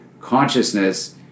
consciousness